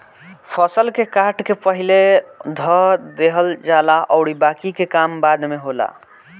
फसल के काट के पहिले धअ देहल जाला अउरी बाकि के काम बाद में होला